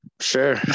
sure